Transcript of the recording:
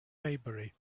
maybury